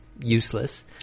useless